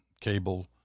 cable